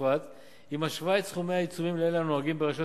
בפרט היא משווה את סכומי העיצומים לאלה הנהוגים ברשויות